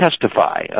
testify